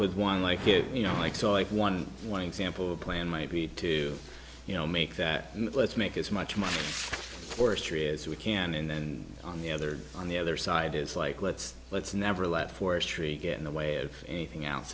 with one like it you know like so i can one one example a plan might be to you know make that let's make as much money forestry as we can and on the other on the other side is like let's let's never let forestry get in the way of anything else